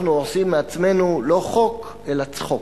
אנחנו עושים מעצמנו לא חוק אלא צחוק.